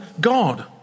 God